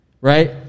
right